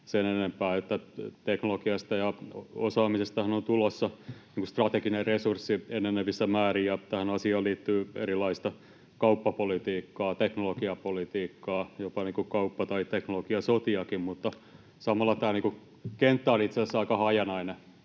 sen enempää. Teknologiasta ja osaamisestahan on tulossa strateginen resurssi enenevissä määrin, ja tähän asiaan liittyy erilaista kauppapolitiikkaa, teknologiapolitiikkaa, jopa kauppa- tai teknologiasotiakin. Mutta samalla tämä kenttä on itse asiassa aika hajanainen,